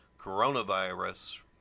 coronavirus